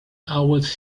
always